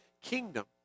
kingdom